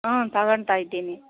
ಹಾಂ ತಗೊಳ್ತಾಯಿದ್ದೀನಿ